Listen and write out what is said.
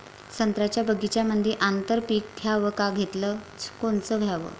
संत्र्याच्या बगीच्यामंदी आंतर पीक घ्याव का घेतलं च कोनचं घ्याव?